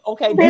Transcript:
Okay